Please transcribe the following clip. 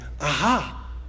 aha